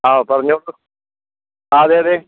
ആ പറഞ്ഞോളു ആ അതെയതെ